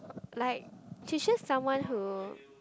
like she just someone who